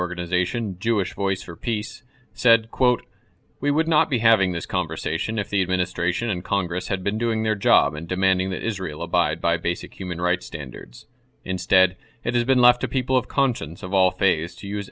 organization jewish voice for peace said quote we would not be having this conversation if the administration and congress had been doing their job and demanding that israel abide by basic human rights standards instead it has been left to people of conscience of all